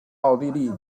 奥地利